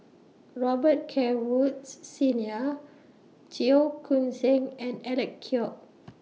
Robet Carr Woods Senior Cheong Koon Seng and Alec Kuok